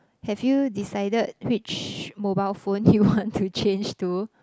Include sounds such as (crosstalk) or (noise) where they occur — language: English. have you decided which mobile phone (breath) you want to change to